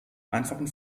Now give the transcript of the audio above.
einfachen